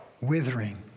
withering